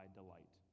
delight